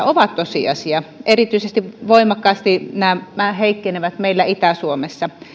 ovat tosiasia erityisen voimakkaasti nämä heikkenevät meillä itä suomessa